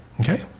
Okay